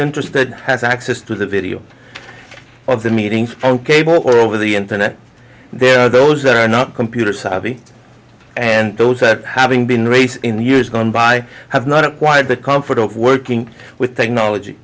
interested has access to the video of the meetings on cable or over the internet there are those that are not computer savvy and those having been raised in years gone by have not acquired the comfort of working with technology